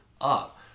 up